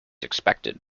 expected